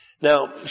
Now